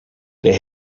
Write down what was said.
they